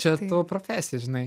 čia tavo profesija žinai